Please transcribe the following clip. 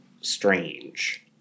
strange